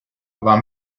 war